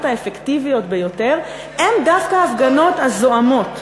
האפקטיביות ביותר הן דווקא ההפגנות הזועמות,